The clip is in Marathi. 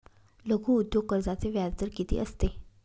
लघु उद्योग कर्जाचे व्याजदर किती असते?